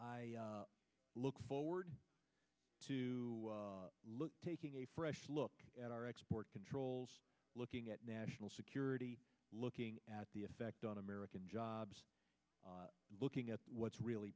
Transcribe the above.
i look forward to look taking a fresh look at our export controls looking at national security looking at the effect on american jobs looking at what's really